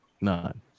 None